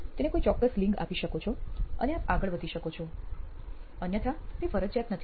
તેને કોઈ ચોક્કસ લિંગ આપી શકો અને આપ આગળ વધી શકો છો અન્યથા તે ફરજિયાત નથી